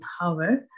power